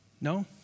No